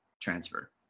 transfer